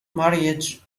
marriage